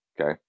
Okay